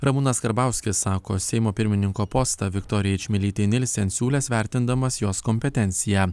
ramūnas karbauskis sako seimo pirmininko postą viktorijai čmilytei nilsen siūlęs vertindamas jos kompetenciją